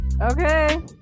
Okay